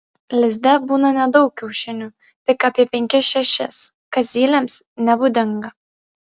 lizde būna nedaug kiaušinių tik apie penkis šešis kas zylėms nebūdinga